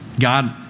God